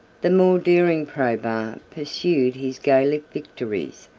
the more daring probus pursued his gallic victories,